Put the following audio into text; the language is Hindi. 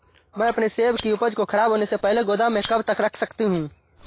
मैं अपनी सेब की उपज को ख़राब होने से पहले गोदाम में कब तक रख सकती हूँ?